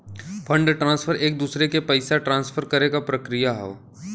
fund transfer एक दूसरे के पइसा ट्रांसफर करे क प्रक्रिया हौ